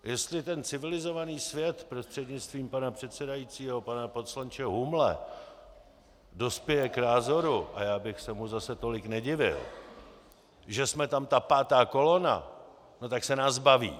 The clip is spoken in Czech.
Jestli ten civilizovaný svět, prostřednictvím pana předsedajícího pane poslanče Humle, dospěje k názoru, a já bych se mu zase tolik nedivil, že jsme tam ta pátá kolona, no tak se nás zbaví.